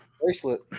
Bracelet